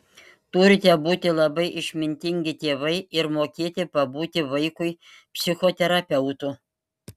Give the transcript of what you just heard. turite būti labai išmintingi tėvai ir mokėti pabūti vaikui psichoterapeutu